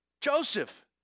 Joseph